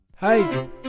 Hey